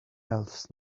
else